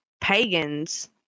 pagans